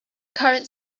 current